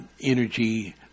energy